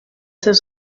seus